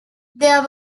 there